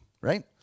right